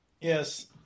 Yes